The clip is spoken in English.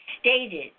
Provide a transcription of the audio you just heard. stated